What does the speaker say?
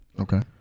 Okay